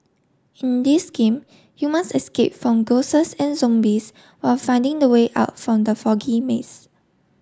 in this game you must escape from and zombies while finding the way out from the foggy maze